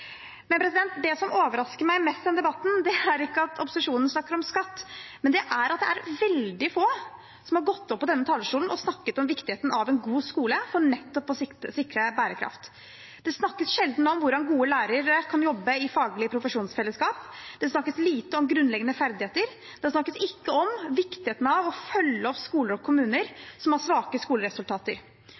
Det som overrasker meg mest i denne debatten, er ikke at opposisjonen snakker om skatt, men at det er veldig få som har gått opp på denne talerstolen og snakket om viktigheten av en god skole for nettopp å sikre bærekraft. Det snakkes sjelden om hvordan gode lærere kan jobbe i faglige profesjonsfellesskap. Det snakkes lite om grunnleggende ferdigheter. Det snakkes ikke om viktigheten av å følge opp skoler og kommuner som har svake skoleresultater.